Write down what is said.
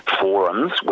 forums